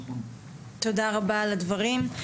תודה רבה על הדברים.